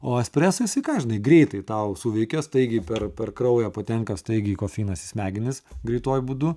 o espreso jisai ką žinai greitai tau suveikia staigiai per per kraują patenka staigiai kofeinas į smegenis greituoju būdu